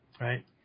right